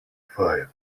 five